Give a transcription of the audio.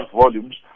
volumes